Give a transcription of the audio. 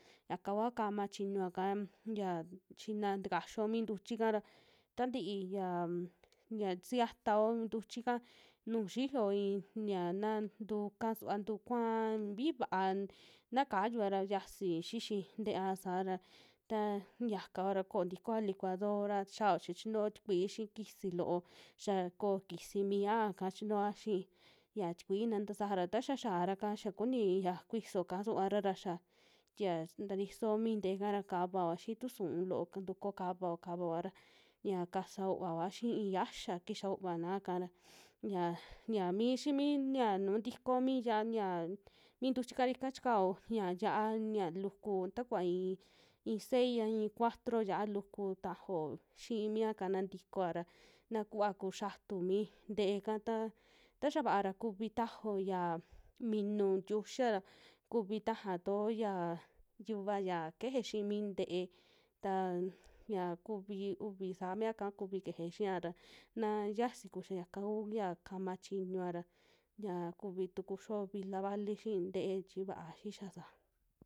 Yaka kua kama chiñuaka ya xina takaxio mii ntuchika ra tantii ya xia sixiatao ntuchika nuju xiyo ii xa na tuu kaa suva ntu kuaa xiji vaa na kayua ra yasi xixi ntea saa ra ta yakao ra koo tikoa licuadora xia cha chinuo tikui xii kisi loo, xia koo kisi miiya'ka chinuoa xii ya tikui na tasajara taxa xiara'ka xa kuni ya kuiso kasuvara ra xia tie tatisoo mi nte'eka ra kavaoya xii tusuu loo ka, tukuo kavaoa, kavaoa ra ña kasa unvaoa xii iixi xaaxá kixa uvana'ka ra ya, ya mii xiimi nia nu tikoo mi yia ya mi ntuchika ika chikao ña yia'a ya luku takuva i'i, i'i sei'a i'i cuatro ya'a luku tajao, xii miaka na ntikoa ra nu kuva kuxatu mi nte'eka ta taxa va'a ra kuvi tajao ya minu ntiuxia ra kuvi taja tuo ya yuva ya keje xii mi nte'e tan ya kuvi uvi saa mia'ka kuvi keje xia ra naa yasi kuxia yaka ku ya kama chiñua ra xia kuvitu kuxio vila vali xii nte'e chi vaa xixia saa.